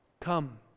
Come